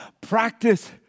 practice